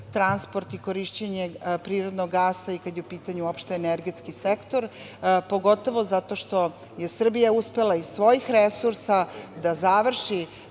transport i korišćenje prirodnog gasa i kada je u pitanju energetski sektor, pogotovo zato što je Srbija uspela iz svojih resursa da završi